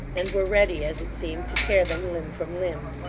and were ready, as it seemed, to tear them limb from limb.